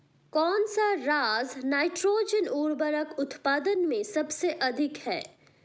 कौन सा राज नाइट्रोजन उर्वरक उत्पादन में सबसे अधिक है?